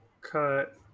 cut